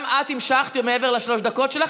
גם את המשכת מעבר לשלוש דקות שלך.